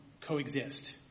coexist